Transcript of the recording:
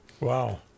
Wow